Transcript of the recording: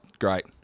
great